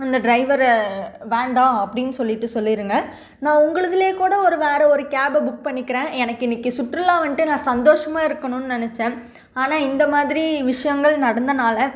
அந்த டிரைவர வேண்டாம் அப்படினு சொல்லிவிட்டு சொல்லிருங்க நான் உங்குளுதுல கூட ஒரு வேறு ஒரு கேப்பை புக் பண்ணிக்கிறேன் எனக்கு இன்னைக்கு சுற்றுலா வந்துட்டு நான் சந்தோஷமாக இருக்கணுன்னு நினச்சேன் ஆனால் இந்த மாதிரி விஷயங்கள் நடந்தனால